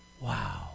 Wow